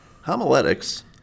Homiletics